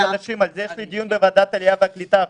על זה יש דיון בוועדת העלייה והקליטה,